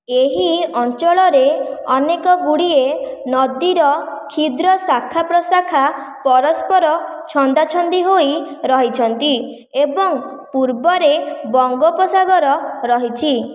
ଏହି ଅଞ୍ଚଳରେ ଅନେକଗୁଡ଼ିଏ ନଦୀର କ୍ଷୁଦ୍ର ଶାଖାପ୍ରଶାଖା ପରସ୍ପର ଛନ୍ଦାଛନ୍ଦି ହୋଇ ରହିଛନ୍ତି ଏବଂ ପୂର୍ବରେ ବଙ୍ଗୋପସାଗର ରହିଛି